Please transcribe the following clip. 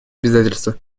обязательства